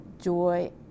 joy